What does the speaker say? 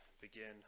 begin